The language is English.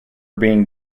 being